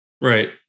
Right